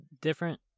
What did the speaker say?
different